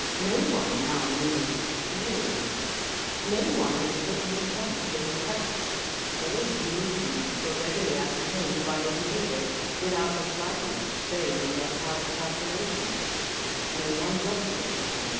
no one now needed to feel him no one mistook his front for his back all his movements were readily ascertained by his neighbours without the slightest strain on their powers of calculation no one jostled him,